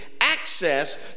access